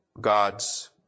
God's